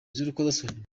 z’urukozasoni